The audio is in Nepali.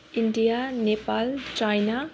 India Nepal China